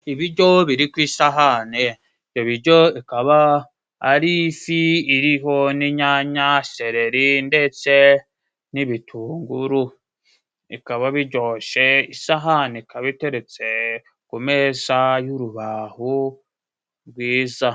Ibijyo biri ku isahane ibyo bijyo bikaba ari ifi iriho n'inyanya, seleri ndetse n'ibitunguru. Bikaba bijyoshe, isahani ikaba iteretse ku meza y'urubahu rwiza.